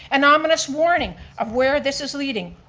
an ominous warning of where this is leading,